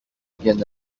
bien